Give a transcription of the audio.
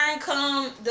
come